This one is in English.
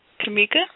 Kamika